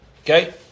Okay